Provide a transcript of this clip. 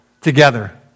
together